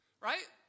Right